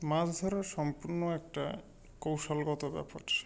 মাছ ধরা সম্পূর্ণ একটা কৌশলগত ব্যাপার